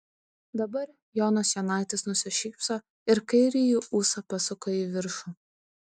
dabar jonas jonaitis nusišypso ir kairįjį ūsą pasuka į viršų